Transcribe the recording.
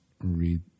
read